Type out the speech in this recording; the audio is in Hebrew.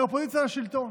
אלא אופוזיציה לשלטון.